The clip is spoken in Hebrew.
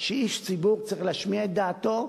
שאיש ציבור צריך להשמיע עליה את דעתו,